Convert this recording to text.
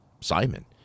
Simon